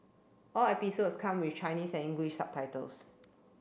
all episodes come with Chinese and English subtitles